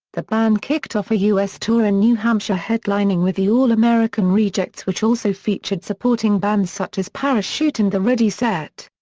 the band kicked off a u s tour in new hampshire headlining with the all american rejects which also featured supporting bands such as parachute and the ready set.